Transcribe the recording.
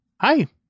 hi